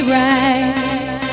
right